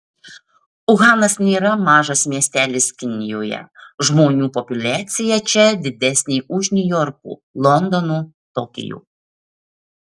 uhanas nėra mažas miestelis kinijoje žmonių populiacija čia didesnė už niujorko londono tokijo